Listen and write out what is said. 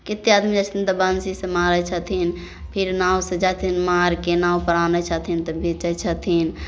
केत्ते आदमी जाइ छथिन तऽ बंसी से मारै छथिन फिर नाव से जाइ छथिन मारके नाव पर आनै छथिन तऽ बेचै छथिन